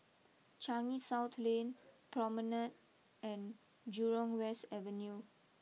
Changi South Lane Promenade and Jurong West Avenue